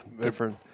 different